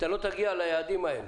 אתה לא תגיע ליעדים האלה.